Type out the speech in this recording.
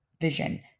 Vision